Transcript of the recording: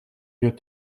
vieux